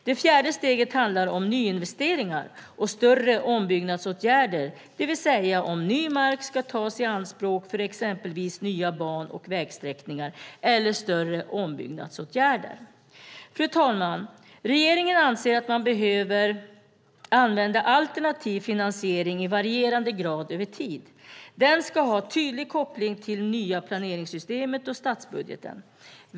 Det fjärde steget handlar om nyinvesteringar och större ombyggnadsåtgärder, det vill säga om ny mark ska tas i anspråk för exempelvis nya ban och vägsträckningar eller större ombyggnadsåtgärder. Fru talman! Regeringen anser att man behöver använda alternativ finansiering i varierande grad över tid. Den ska ha tydlig koppling till det nya planeringssystemet och statsbudgeten.